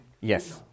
yes